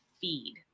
feed